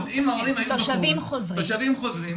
ההורים הם תושבים חוזרים,